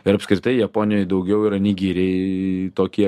ir apskritai japonijoj daugiau yra nigiri tokie